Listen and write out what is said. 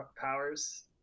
powers